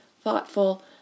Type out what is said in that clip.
thoughtful